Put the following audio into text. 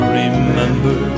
remember